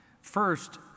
First